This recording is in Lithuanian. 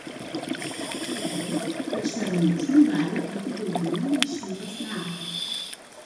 spėjama kad šermukšniui gali būti daugiau nei šimtas metų